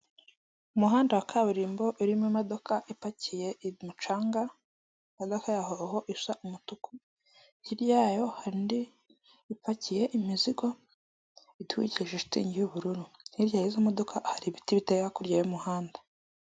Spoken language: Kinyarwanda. Umuhanda wa kaburimbo urimo imodoka ipakiye umucanga, imodoka ya hoho isa umutuku, hirya yayo hari indi ipakiye imizigo itwikirije shitingi y'ubururu, hirya yizo modoka hari ibiti biteye hakurya y'umuhanda.